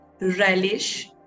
relish